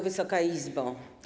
Wysoka Izbo!